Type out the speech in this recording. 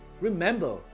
remember